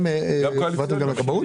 העברתם גם לכבאות?